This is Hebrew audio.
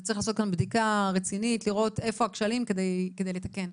צריך לעשות כאן בדיקה רצינית לראות איפה הכשלים כדי לתקן.